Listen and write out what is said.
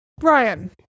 Brian